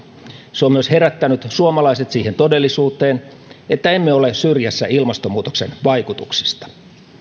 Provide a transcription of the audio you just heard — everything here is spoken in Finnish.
se on herättänyt myös suomalaiset siihen todellisuuteen että emme ole syrjässä ilmastonmuutoksen vaikutuksista